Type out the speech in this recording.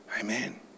Amen